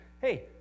hey